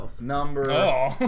number